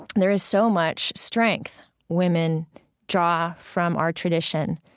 there is so much strength women draw from our tradition.